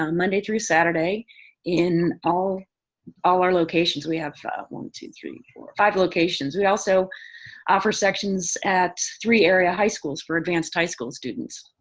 um monday through saturday in all all our locations. we have one, two, three, four, five locations. we also offer sections at three area high schools for advanced high school students.